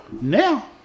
now